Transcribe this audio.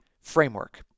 framework